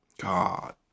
God